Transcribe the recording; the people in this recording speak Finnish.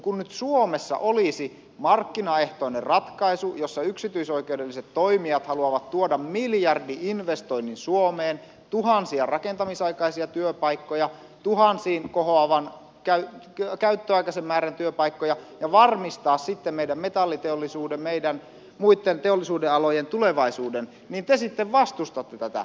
kun nyt suomessa olisi markkinaehtoinen ratkaisu jossa yksityisoikeudelliset toimijat haluavat tuoda miljardi investoinnin suomeen tuhansia rakentamisaikaisia työpaikkoja tuhansiin kohoavan käytönaikaisen määrän työpaikkoja ja varmistaa sitten meidän metalliteollisuuden meidän muitten teollisuudenalojen tulevaisuuden niin te sitten vastustatte tätä